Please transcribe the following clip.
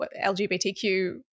LGBTQ